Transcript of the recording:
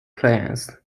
plans